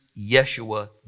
Yeshua